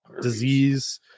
disease